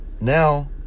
Now